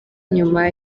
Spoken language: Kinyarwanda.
nyuma